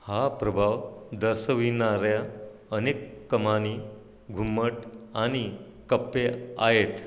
हा प्रभाव दर्शविणाऱ्या अनेक कमानी घुमट आणि कप्पे आहेत